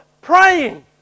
praying